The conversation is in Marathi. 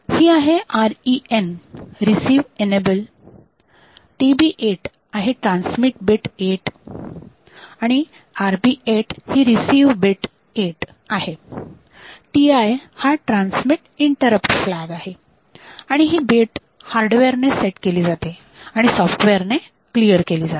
ही आहे REN रिसीव्ह ईनेबल TB8 आहे ट्रान्समिट बीट 8 आहे आणि RB8 ही रिसीव्ह बीट 8 आहे TI हा ट्रान्समिट इंटरप्ट फ्लॅग आहे आणि ही बीट हार्डवेअर ने सेट केली जाते आणि सॉफ्टवेअरने क्लिअर केली जाते